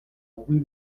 louis